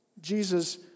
Jesus